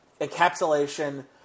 encapsulation